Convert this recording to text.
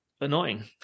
annoying